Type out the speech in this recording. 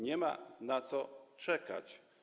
Nie ma na co czekać.